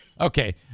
Okay